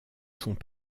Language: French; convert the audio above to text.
sont